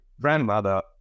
grandmother